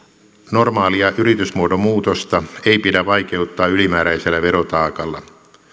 normaalia yritysmuodon muutosta ei pidä vaikeuttaa ylimääräisellä verotaakalla